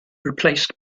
replaced